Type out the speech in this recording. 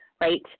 right